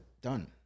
Done